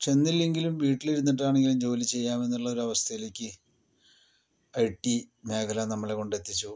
ചെന്നില്ലെങ്കിലും വീട്ടിലിരുന്നിട്ടാണെങ്കിലും ജോലി ചെയ്യാം എന്നുള്ളൊരു അവസ്ഥയിലേക്ക് ഐ ടി മേഖല നമ്മളെ കൊണ്ടെത്തിച്ചു